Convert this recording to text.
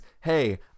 hey